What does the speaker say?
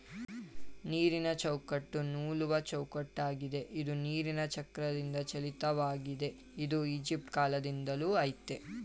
ನೀರಿನಚೌಕಟ್ಟು ನೂಲುವಚೌಕಟ್ಟಾಗಿದೆ ಇದು ನೀರಿನಚಕ್ರದಿಂದಚಾಲಿತವಾಗಿದೆ ಇದು ಈಜಿಪ್ಟಕಾಲ್ದಿಂದಲೂ ಆಯ್ತೇ